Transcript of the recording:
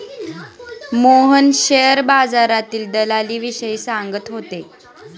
Mohan share बाजारातील दलालीविषयी सांगत होते